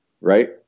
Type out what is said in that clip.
right